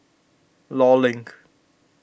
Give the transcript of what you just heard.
Law Link